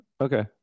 Okay